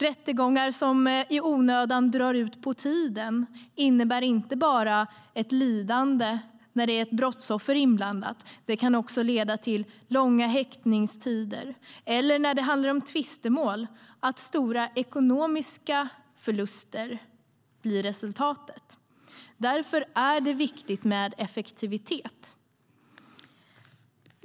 Rättegångar som drar ut på tiden i onödan innebär inte bara ett lidande när ett brottsoffer är inblandat, utan det kan också leda till långa häktningstider eller, när det handlar om tvistemål, stora ekonomiska förluster. Därför är det viktigt med effektivitet.